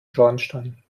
schornstein